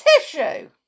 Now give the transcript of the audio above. TISSUE